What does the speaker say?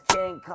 King